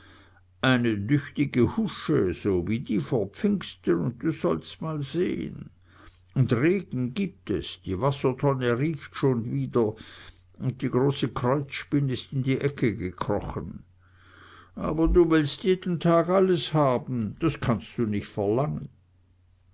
eine düchtige husche so wie die vor pfingsten und du sollst mal sehn und regen gibt es die wassertonne riecht schon wieder un die große kreuzspinn is in die ecke gekrochen aber du willst jeden dag alles haben das kannst du nich verlangen